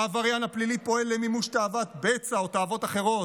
העבריין הפלילי פועל למימוש תאוות בצע או תאוות אחרות.